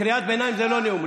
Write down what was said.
קריאת ביניים זה לא נאום.